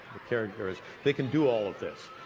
the caregivers, they can do all of this.